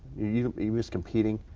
you you was competing.